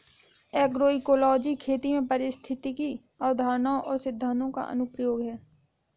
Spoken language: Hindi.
एग्रोइकोलॉजी खेती में पारिस्थितिक अवधारणाओं और सिद्धांतों का अनुप्रयोग है